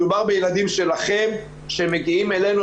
מדובר בילדים שלכם שמגיעים אלינו,